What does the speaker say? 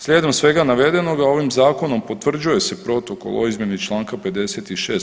Slijedom svega navedenoga ovim zakonom potvrđuje se protokol o izmjeni Članka 56.